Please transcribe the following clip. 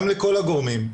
גם לכל הגורמים,